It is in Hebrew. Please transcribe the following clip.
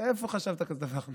איפה חשבת כזה דבר?